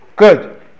Good